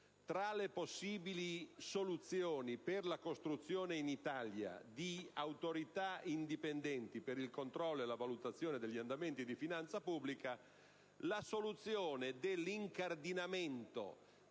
tra le possibili soluzioni per la costruzione in Italia di autorità indipendenti per il controllo e la valutazione degli andamenti di finanza pubblica la soluzione dell'incardinamento